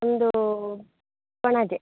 ನಮ್ದು ಪಣಜೆ